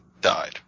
died